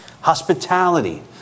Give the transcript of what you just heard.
hospitality